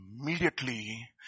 Immediately